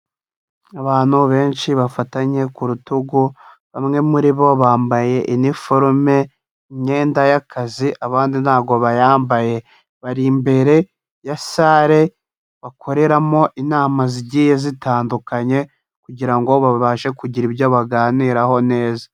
Abantu benshi bafatanye ku rutugu, bamwe muri bo bambaye iniforume imyenda y'akazi, abandi ntabwo bayambaye, bari imbere ya sale bakoreramo inama zigiye zitandukanye, kugira ngo babashe kugira ibyo baganiraho neza.